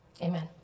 Amen